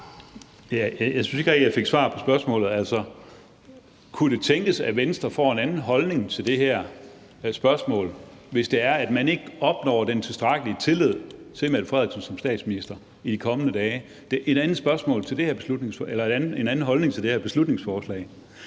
Jeg synes ikke rigtig, jeg fik svar på spørgsmålet. Altså: Kunne det tænkes, at Venstre får en anden holdning til det her spørgsmål, det her beslutningsforslag, hvis det er, at man ikke opnår den tilstrækkelige tillid til Mette Frederiksen som statsminister i de kommende dage? Man kommer jo lidt i tvivl, for der er mange forskellige